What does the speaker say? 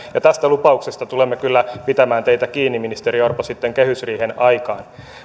ja tästä lupauksesta tulemme kyllä pitämään teitä kiinni ministeri orpo sitten kehysriihen aikaan